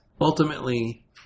ultimately